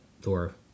Thor